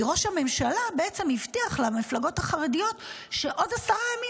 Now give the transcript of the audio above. כי ראש הממשלה בעצם הבטיח למפלגות החרדיות שבעוד עשרה ימים,